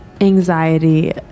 anxiety